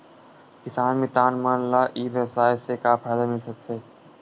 किसान मितान मन ला ई व्यवसाय से का फ़ायदा मिल सकथे?